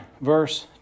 verse